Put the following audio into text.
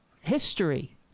history